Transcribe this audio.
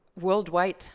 worldwide